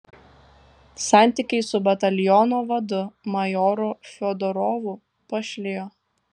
santykiai su bataliono vadu majoru fiodorovu pašlijo